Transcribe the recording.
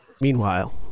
Meanwhile